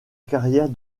carrière